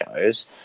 shows